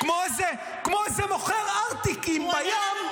כמו איזה מוכר ארטיקים בים,